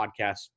podcast